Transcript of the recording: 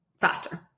faster